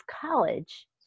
college